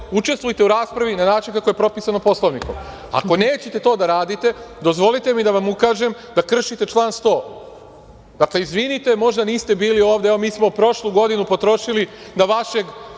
učestvujte u rasprave na način kako je propisano Poslovnikom. Ako nećete to da radite, dozvolite mi da vam ukažem da kršite član 100.Izvinite, možda niste bili ovde. Mi smo prošlu godinu potrošili da vašeg